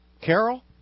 Carol